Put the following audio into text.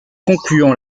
concluant